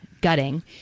gutting